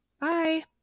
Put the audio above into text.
Bye